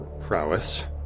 prowess